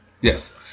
Yes